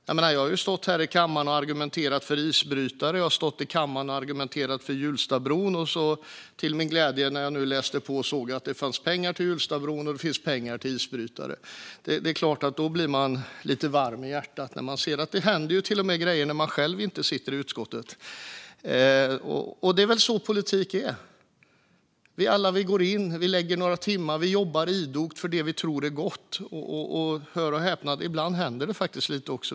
Jag har stått här i kammaren och argumenterat för isbrytare och för Hjulstabron. När jag nu läste på såg jag till min glädje att det finns pengar till Hjulstabron och till isbrytare. Det är klart att man blir lite varm om hjärtat när man ser att det till och med händer grejer när man själv inte sitter i utskottet. Det är väl så politik är. Vi alla går in i detta och lägger några timmar på det. Vi jobbar idogt för det vi tror är gott. Och - hör och häpna - ibland händer det faktiskt lite.